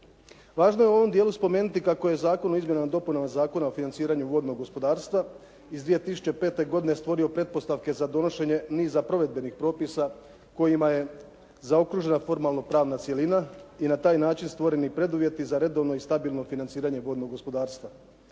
Važno je u ovom dijelu spomenuti kako je Zakon o izmjenama i dopunama Zakona o financiranju vodnog gospodarstva iz 2005. godine stvorio pretpostavke za donošenje niza provedbenih propisa kojima je zaokružena formalnopravna cjelina i na taj način stvoreni preduvjeti za redovno i stabilno financiranje vodnog gospodarstva.